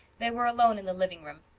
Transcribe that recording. they were alone in the living room.